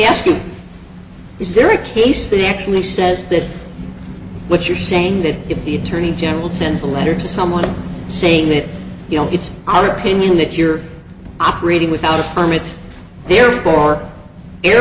asking is there a case they actually says that what you're saying that if the attorney general sends a letter to someone saying that you know it's our opinion that you're operating without a permit therefore air